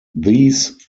these